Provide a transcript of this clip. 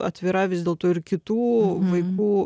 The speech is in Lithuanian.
atvira vis dėlto ir kitų vaikų